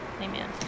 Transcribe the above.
amen